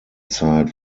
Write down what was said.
zeit